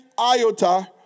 iota